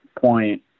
point